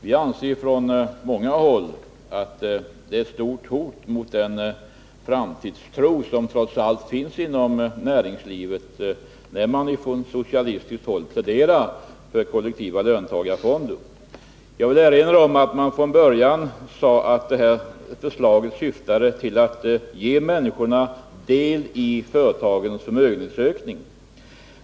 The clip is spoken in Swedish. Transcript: Vi anser från många håll att det är ett stort hot mot den framtidstro som trots allt finns inom näringslivet när man från socialistiskt håll pläderar för kollektiva löntagarfonder. Jag vill erinra om att man från början sade att detta förslag syftade till att ge människorna del i företagens förmögenhetsökning.